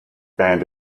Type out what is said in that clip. band